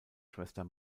schwester